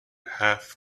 have